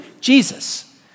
Jesus